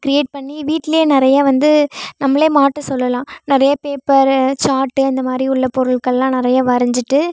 create பண்ணி வீட்டிலே நிறையா வந்து நம்மளே மாட்ட சொல்லலாம் நிறைய பேப்பர் சார்ட்டு இந்தமாதிரி உள்ள பொருட்கள்லாம் நிறைய வரைஞ்சிட்டு